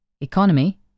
economy